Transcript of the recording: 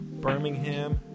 Birmingham